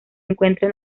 encuentra